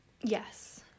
Yes